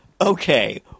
okay